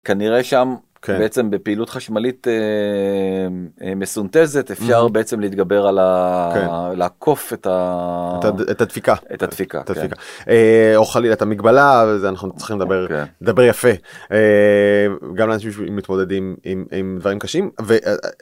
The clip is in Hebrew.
כנראה שם בעצם בפעילות חשמלית מסונתזת, אפשר בעצם להתגבר על ה... לעקוף את ה... הדפיקה. אוכל את המגבלה זה אנחנו צריכים לדבר יפה גם אנשים שמתמודדים עם דברים קשים.